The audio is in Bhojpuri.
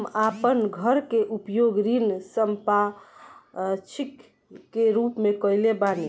हम आपन घर के उपयोग ऋण संपार्श्विक के रूप में कइले बानी